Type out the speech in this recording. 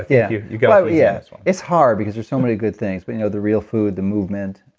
yeah you you got yeah. it's hard because there's so many good things. but you know the real food, the movement,